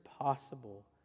possible